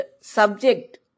subject